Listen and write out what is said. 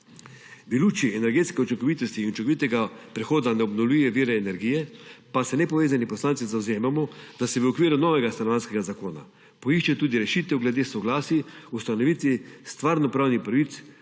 V luči energetske učinkovitosti in učinkovitega prehoda na obnovljive vire energije pa se nepovezani poslanci zavzemamo, da se v okviru novega stanovanjskega zakona poišče tudi rešitev glede soglasij o ustanovitvi stvarno-pravnih pravic